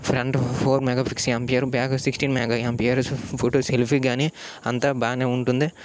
front four mega pix ampere back వచ్చి sixteen mega ampere photo selfie కానీ అంతా బాగానే ఉంటుంది